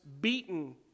beaten